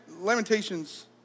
Lamentations